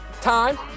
time